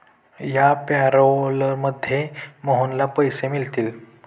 या पॅरोलमध्ये मोहनला पैसे मिळतील